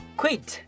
quit